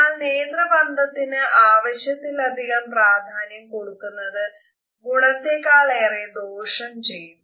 എന്നാൽ നേത്രബന്ധത്തിന് ആവശ്യത്തിലധികം പ്രാധാന്യം കൊടുക്കുന്നത് ഗുണത്തേക്കാളേറെ ദോഷം ചെയ്യും